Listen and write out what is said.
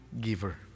giver